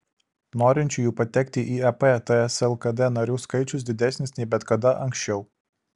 norinčiųjų patekti į ep ts lkd narių skaičius didesnis nei bet kada anksčiau